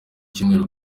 cyumweru